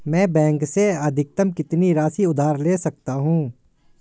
मैं बैंक से अधिकतम कितनी राशि उधार ले सकता हूँ?